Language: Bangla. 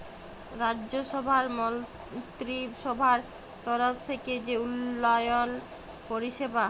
রাজ্যসভার মলত্রিসভার তরফ থ্যাইকে যে উল্ল্যয়ল পরিষেবা